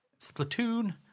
Splatoon